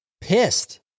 pissed